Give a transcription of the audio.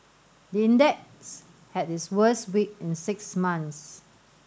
the index had its worst week in six months